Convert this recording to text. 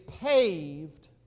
paved